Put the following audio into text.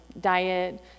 diet